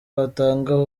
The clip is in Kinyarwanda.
watanga